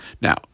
Now